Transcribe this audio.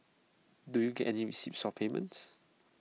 do you get any receipts for payments